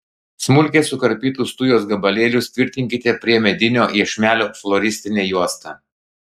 smulkiai sukarpytus tujos gabalėlius tvirtinkite prie medinio iešmelio floristine juosta